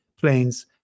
planes